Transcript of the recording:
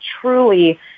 truly